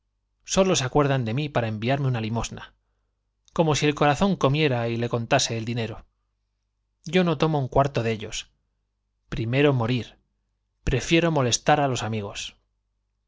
sólo se acuerdan de mí para una nuja y le si el corazón conten limosna i como comiera tase el dinero yo no tomo un cuarto de ellos pri mero morir prefiero molestar á los amigos